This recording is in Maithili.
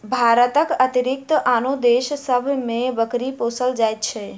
भारतक अतिरिक्त आनो देश सभ मे बकरी पोसल जाइत छै